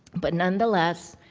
but nonetheless,